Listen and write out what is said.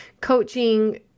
coaching